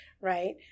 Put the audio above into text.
right